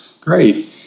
great